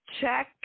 Check